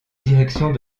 directions